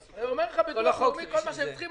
אומר לך הביטוח הלאומי: כל מה שהם צריכים,